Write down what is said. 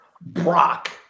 Brock